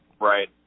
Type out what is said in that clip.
Right